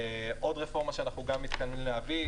עוד רפורמה שאנחנו גם מתכוונים להביא,